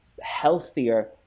healthier